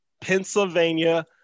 Pennsylvania